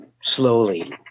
slowly